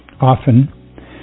often